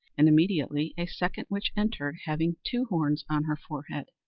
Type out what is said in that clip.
and immediately a second witch entered, having two horns on her forehead,